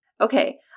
Okay